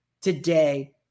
today